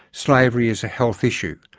slavery is a health issue.